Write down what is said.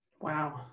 Wow